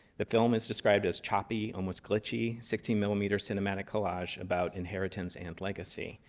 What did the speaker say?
the film is described as choppy, almost glitchy, sixteen millimeter cinematic collage about inheritance and legacy.